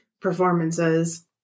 performances